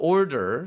Order